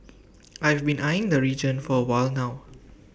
I've been eyeing the region for A while now